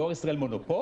דואר ישראל מונופול?